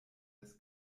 des